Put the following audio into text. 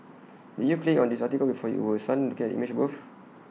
did you click on this article because you were stunned looking at the image above